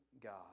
God